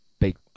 Big